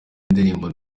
indirimbo